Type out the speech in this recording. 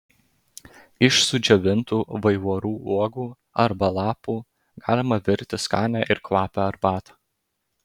iš sudžiovintų vaivorų uogų arba lapų galima virti skanią ir kvapią arbatą